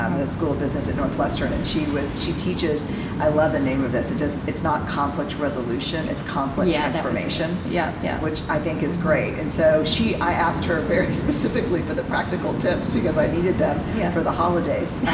um the school of business at northwestern. and she was she teaches i love the name of this. it's not conflict resolution. it's conflict yeah transformation, yeah yeah which i think is great. and so i asked her very specifically for the practical tips, because i needed them yeah for the holidays. yeah